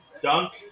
Dunk